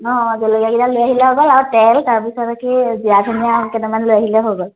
অঁ জলকীয়া কেইটা লৈ আহিলে হৈ গ'ল আৰু তেল তাৰপিছত কি জিৰা ধনীয়া কেইটামান লৈ আহিলেই হৈ গ'ল